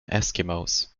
eskimos